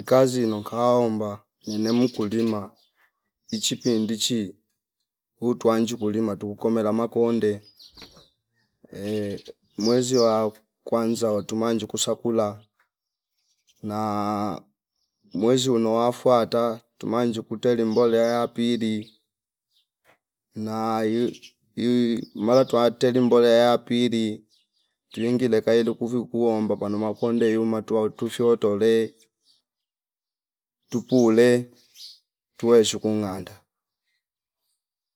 Kazi ino kaomba ine mkulima ichikindi chi kutwa nji kulima tuku kolomela makonde ehh mwezi wa kwanza uto manji kusakula na mwezi uno wafwata tumanji kuteli mbole ya pili na mara twa tweli mbole ya pili lingile kaili kuvi kuomba pano makonde yuma tuwa tufyo tole tupule tweshu kunganda